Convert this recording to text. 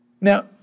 Now